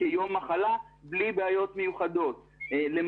אבל בלי לדעת שזה יהיה הדיון הזה, בחרנו